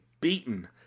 beaten